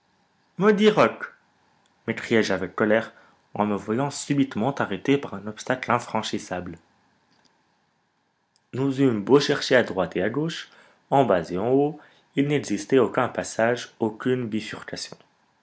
maudit roc m'écriai-je avec colère en me voyant subitement arrêté par un obstacle infranchissable nous eûmes beau chercher à droite et à gauche en bas et en haut il n'existait aucun passage aucune bifurcation